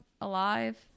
alive